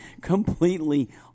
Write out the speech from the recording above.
completely